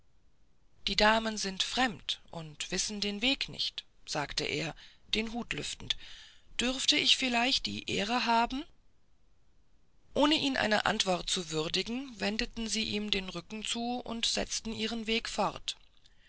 die damen sind fremd und wissen den weg nicht sagte er den hut lüftend dürfte ich vielleicht die ehre haben ohne ihn einer antwort zu würdigen wendeten sie ihm den rücken zu und setzten ihren weg fort